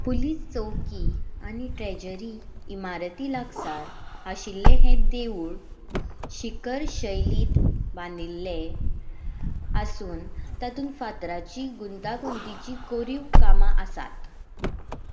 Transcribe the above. police चवकी आनी treasury इमारती लागसार आशिल्लें हें देवूळ शिकर शैलीत बांदिल्लें आसून तातूंत फातराची गुंतागुंतीची कोरीव कामां आसात